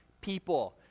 people